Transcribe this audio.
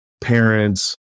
parents